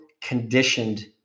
conditioned